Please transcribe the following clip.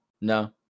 No